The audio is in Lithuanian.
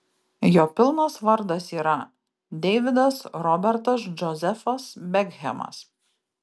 jo pilnas vardas yra deividas robertas džozefas bekhemas